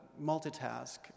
multitask